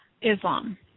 Islam